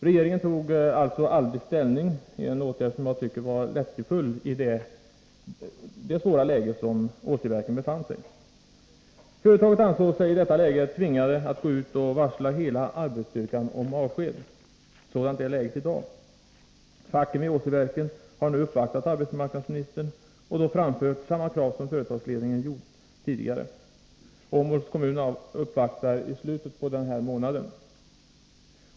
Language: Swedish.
Regeringen tog alltså aldrig ställning, något som jag tycker var lättjefullt i det svåra läge som AB Åsiverken befann sig i. Företaget ansåg sig i detta läge tvingat att gå ut och varsla hela arbetsstyrkan om avsked. Sådant är läget i dag. Facken vid Åsiverken har nu uppvaktat arbetsmarknadsministern och framfört samma krav som företagsledningen framförde tidigare. Representanter för Åmåls kommun uppvaktar i slutet av denna månad.